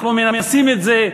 אנחנו מנסים את זה,